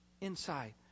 inside